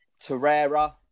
Torreira